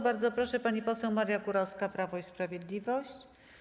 Bardzo proszę, pani poseł Maria Kurowska, Prawo i Sprawiedliwość.